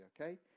okay